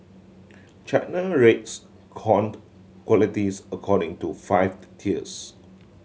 China rates corn qualities according to five tiers